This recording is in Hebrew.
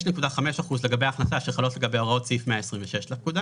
6.5 אחוזים לגבי הכנסה שחלות לגביה הוראות סעיף 126 לפקודה